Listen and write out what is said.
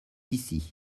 ici